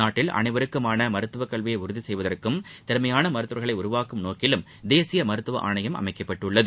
நாட்டில் அனைவருக்கும் மருத்துவக் கல்வியை உறுதி செய்வதற்கும் திறமையான மருத்துவர்களை உருவாக்கும் நோக்கிலும் தேசிய மருத்துவ ஆணையம் அமைக்கப்பட்டுள்ளது